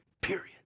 period